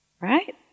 right